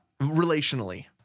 Relationally